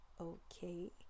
okay